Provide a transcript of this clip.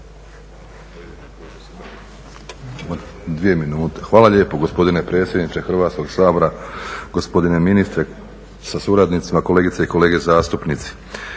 Hvala lijepo gospodine predsjedniče Hrvatskog sabora, gospodine ministre sa suradnicima, kolegice i kolege zastupnici.